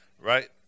right